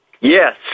Yes